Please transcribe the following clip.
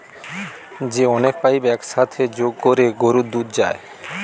যে অনেক পাইপ এক সাথে যোগ কোরে গরুর দুধ যায়